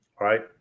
right